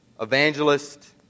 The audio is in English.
evangelist